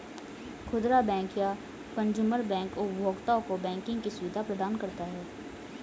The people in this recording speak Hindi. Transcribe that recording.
खुदरा बैंक या कंजूमर बैंक उपभोक्ताओं को बैंकिंग की सुविधा प्रदान करता है